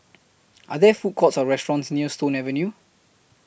Are There Food Courts Or restaurants near Stone Avenue